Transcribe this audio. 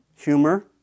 Humor